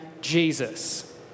Jesus